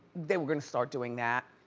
they were gonna start doing that.